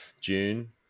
June